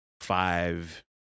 five